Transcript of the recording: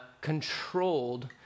controlled